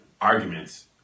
arguments